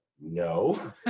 no